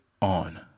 on